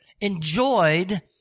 enjoyed